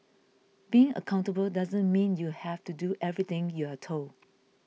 being accountable doesn't mean you have to do everything you're told